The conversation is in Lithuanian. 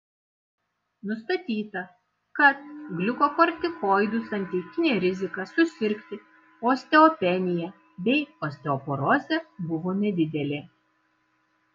nustatyta kad gliukokortikoidų santykinė rizika susirgti osteopenija bei osteoporoze buvo nedidelė